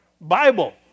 Bible